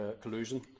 collusion